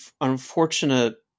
unfortunate